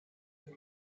دارم